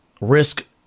risk